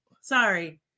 sorry